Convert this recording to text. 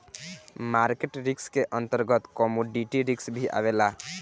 market risk के अंतर्गत commodity risk भी आवेला